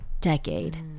decade